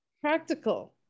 practical